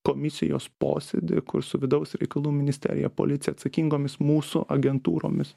komisijos posėdį kur su vidaus reikalų ministerija policija atsakingomis mūsų agentūromis